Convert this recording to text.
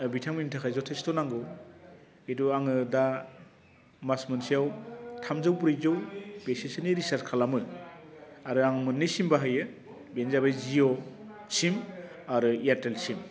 बिथांमोननि थाखाय जथेस्थ' नांगौ जिथु आङो दा मास मोनसेयाव थामजौ ब्रैजौ बेसेसोनि रिचार्ज खालामो आरो आं मोन्नैसिम बाहायो बेनो जाबाय जिअ' सिम आरो एयारटेल सिम